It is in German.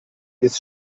ist